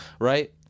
Right